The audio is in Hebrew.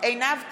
עינב קאבלה,